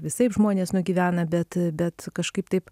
visaip žmonės nugyvena bet bet kažkaip taip